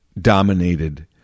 dominated